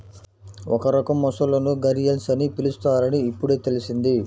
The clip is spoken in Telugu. ఒక రకం మొసళ్ళను ఘరియల్స్ అని పిలుస్తారని ఇప్పుడే తెల్సింది